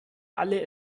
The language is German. alle